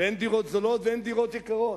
אין דירות זולות ואין דירות יקרות.